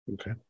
Okay